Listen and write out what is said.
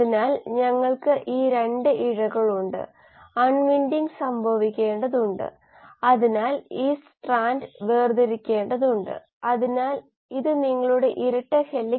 അതിനാൽ ഇവിടെ S0 S0 ആയി മാറിയെങ്കിൽ നമുക്ക് അതിനെ ഇൻപുട്ട് പദമായി കണക്കാക്കാം അല്ലാത്തപക്ഷം ഇത് ഒരു രാസ പ്രവർത്തന പദമായി നമ്മൾ കണക്കാക്കുന്നു അത് ഉത്പാദനത്തിലോ ഉപഭോഗത്തിലോ കണക്കാക്കാം